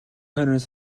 хойноос